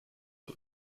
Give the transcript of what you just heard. for